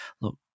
look